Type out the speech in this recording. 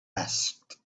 asked